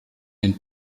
den